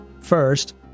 First